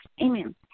amen